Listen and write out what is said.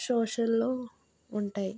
సోషల్లో ఉంటాయి